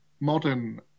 modern